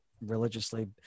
religiously